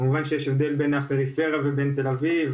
כמובן שיש הבדל בין ערים בפריפריה לבין העיר תל אביב,